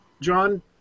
John